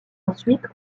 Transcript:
ensuite